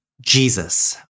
Jesus